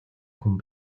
хүн